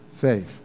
faith